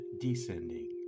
descending